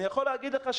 אני יכול להגיד לך,